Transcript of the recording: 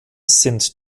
sind